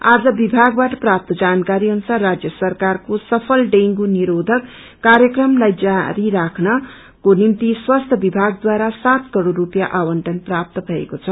आज विभागबाट प्राप तजानकारी अनुसार राजय सरकोरको सफल डेंगू निरोधक कार्यक्रमलाइ जारी राख्नको निम्ति स्वास्थ्य विभागद्वारा सात करोड़ स्लपिसयाँ आवंटन प्रात्त भएको छ